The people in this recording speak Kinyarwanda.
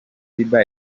bieber